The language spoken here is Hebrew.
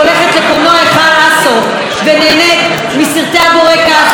הולכת לקולנוע היכל עשור ונהנית מסרטי הבורקס,